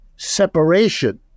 separation